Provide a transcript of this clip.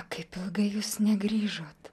kaip ilgai jūs negrįžot